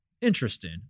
Interesting